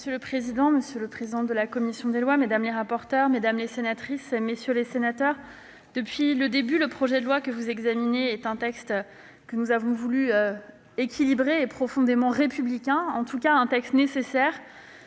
Monsieur le président, monsieur le président de la commission des lois, mesdames les rapporteures, mesdames les sénatrices, messieurs les sénateurs, depuis le début, le projet de loi que vous examinez est un texte que nous avons voulu équilibré et profondément républicain. C'est en tout cas un texte nécessaire,